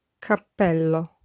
Cappello